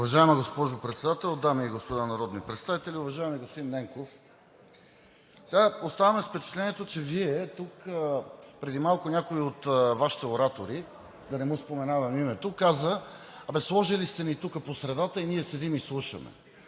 Уважаема госпожо Председател, дами и господа народни представители! Уважаеми господин Ненков, оставаме с впечатлението, че преди малко тук някой от Вашите оратори – да не му споменавам името, каза: „Абе сложили сте ни тук по средата и ние седим и слушаме.“